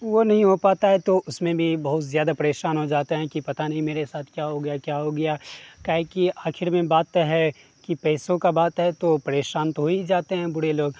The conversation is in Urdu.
وہ نہیں ہو پاتا ہے تو اس میں بھی بہت زیادہ پریشان ہو جاتے ہیں کہ پتا نہیں میرے ساتھ کیا ہو گیا کیا ہو گیا کا ہے کہ آخر میں بات ہے کہ پیسوں کا بات ہے تو پریشان تو ہو ہی جاتے ہیں بوڑھے لوگ